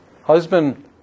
husband